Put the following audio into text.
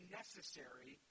necessary